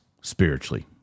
spiritually